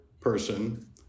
person